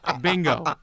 Bingo